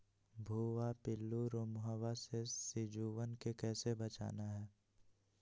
भुवा पिल्लु, रोमहवा से सिजुवन के कैसे बचाना है?